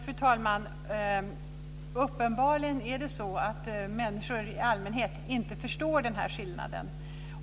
Fru talman! Uppenbarligen är det så att människor i allmänhet inte förstår den här skillnaden.